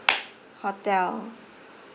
hotel